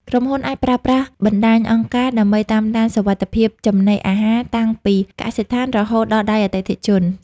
ក្រុមហ៊ុនអាចប្រើប្រាស់បណ្ដាញអង្គការ ដើម្បីតាមដានសុវត្ថិភាពចំណីអាហារតាំងពីកសិដ្ឋានរហូតដល់ដៃអតិថិជន។